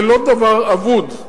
זה לא דבר אבוד.